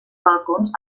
balcons